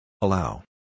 Allow